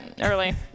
early